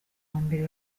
mbere